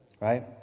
Right